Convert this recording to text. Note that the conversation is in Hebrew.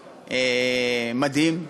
מדהים.